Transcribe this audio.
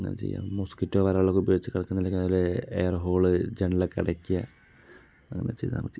അങ്ങനെ ചെയ്യുക മോസ്കിറ്റോ വലകളൊക്കെ ഉപയോഗിച്ച് കിടക്കുക അതെ പോലെ എയർഹോള് ജനൽ ഒക്കെ അടക്കുക അങ്ങനെ ചെയ്താൽ മതി